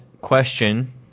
question